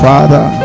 Father